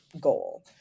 goal